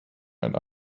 and